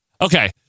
Okay